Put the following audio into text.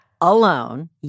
alone